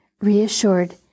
Reassured